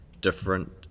different